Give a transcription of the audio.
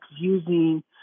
using